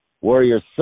Warriors